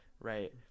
Right